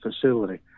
facility